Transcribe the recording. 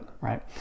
right